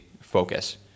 focus